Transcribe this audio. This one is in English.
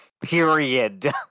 period